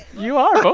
you are, both